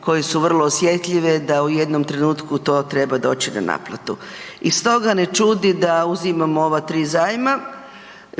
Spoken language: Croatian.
koje su vrlo osjetljive da u jednom trenutku to treba doći na naplatu. I stoga ne čudi da uzimamo ova 3 zajma.